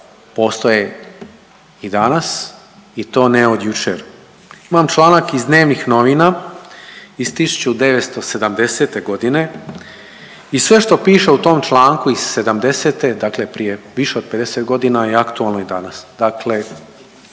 postoje i danas i to ne od jučer. Imam članak iz dnevnih novina iz 1970.g. i sve što piše u tom članku iz '70.-te, dakle prije više od 50.g. je aktualno i danas,